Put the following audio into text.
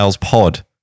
Pod